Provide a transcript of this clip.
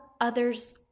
others